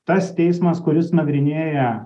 tas teismas kuris nagrinėja